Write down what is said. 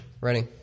Ready